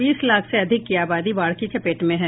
बीस लाख से अधिक की आबादी बाढ़ की चपेट में हैं